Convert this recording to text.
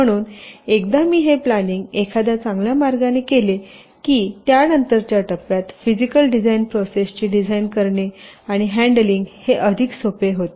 म्हणूनएकदा मी हे प्लॅनिंग एखाद्या चांगल्या मार्गाने केले की त्यानंतरच्या टप्प्यात फिजिकल डिझाइन प्रोसेसची डिझाइन करणे आणि हँडलिंग हे अधिक सोपे होते